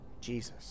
Jesus